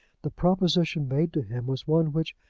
the proposition made to him was one which,